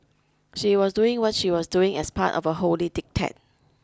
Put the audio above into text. she was doing what she was doing as part of a holy diktat